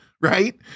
right